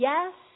Yes